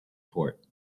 port